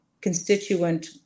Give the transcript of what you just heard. constituent